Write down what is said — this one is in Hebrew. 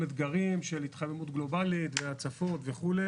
אתגרים של התחממות גלובלית והצפות וכו',